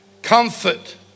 Comfort